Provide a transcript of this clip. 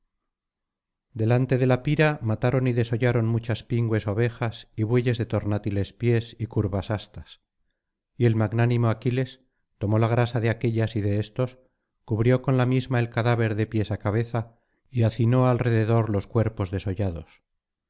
delante de la pira mataron y desollaron muchas pingües ovejas y bueyes de tornátiles pies y curvas astas y el magnánimo aquiles tomó la grasa de aquéllas y de éstos cubrió con la misma el cadáver de pies á cabeza y hacinó alrededor los cuerpos desollados